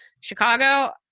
Chicago